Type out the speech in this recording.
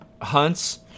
hunts